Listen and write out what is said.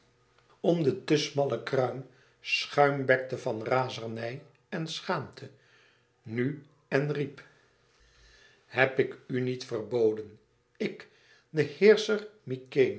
om den te smallen kruin schuimbekte van razernij en schaamte nu en riep heb ik u niet verboden ik de